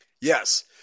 Yes